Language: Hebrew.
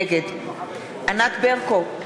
נגד ענת ברקו,